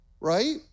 right